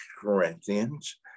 Corinthians